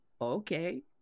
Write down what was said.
Okay